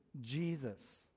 Jesus